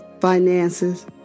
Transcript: finances